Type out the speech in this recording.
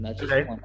okay